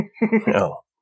No